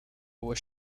was